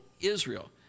Israel